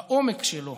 בעומק שלו,